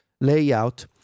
layout